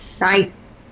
Nice